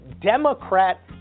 Democrat